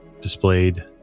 displayed